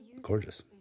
gorgeous